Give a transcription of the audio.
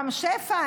רם שפע,